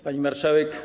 Pani Marszałek!